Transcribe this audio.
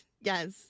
yes